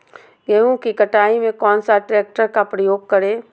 गेंहू की कटाई में कौन सा ट्रैक्टर का प्रयोग करें?